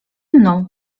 mną